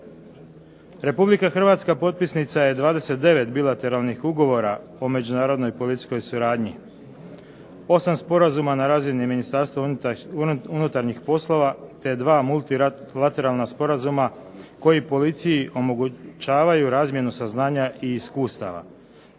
Republika Hrvatska potpisnica je 29 bilateralnih ugovora o međunarodnoj policijskoj suradnji, 8 sporazuma na razini Ministarstva unutarnjih poslova, te dva multilateralna sporazuma koji policiji omogućavaju razmjenu saznanja i iskustava,